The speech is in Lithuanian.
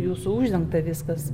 jūsų uždengta viskas